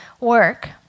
work